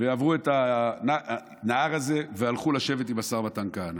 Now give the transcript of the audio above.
ועברו את הנהר הזה והלכו לשבת עם השר מתן כהנא.